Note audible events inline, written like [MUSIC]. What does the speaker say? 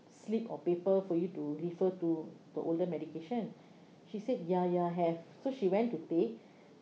slip of paper for you to refer to the older medication she said ya ya have so she went to take [BREATH]